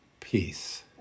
Peace